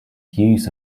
use